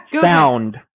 sound